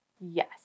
Yes